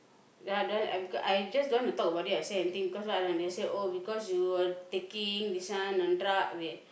ya I don't want beca~ I just don't want to talk about it or say anything because why or not they say oh because you were taking this one on drug with